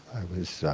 i was